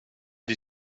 die